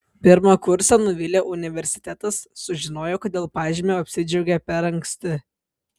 pirmakursę nuvylė universitetas sužinojo kad dėl pažymio apsidžiaugė per anksti